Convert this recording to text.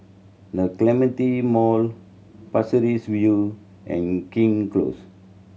The Clementi Mall Pasir Ris View and King Close